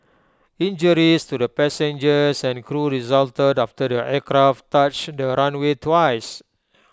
injuries to the passengers and crew resulted after the aircraft touched the runway twice